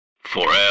forever